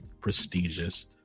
prestigious